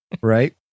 Right